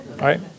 Right